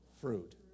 fruit